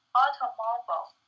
automobile